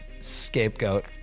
Scapegoat